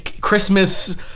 Christmas